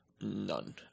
None